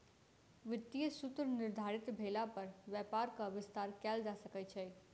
वित्तीय सूत्र निर्धारित भेला पर व्यापारक विस्तार कयल जा सकै छै